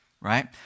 Right